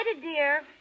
dear